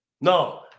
No